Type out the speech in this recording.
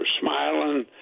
smiling